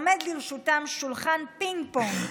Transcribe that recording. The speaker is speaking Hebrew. עומד לרשותם שולחן פינג-פונג.